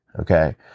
okay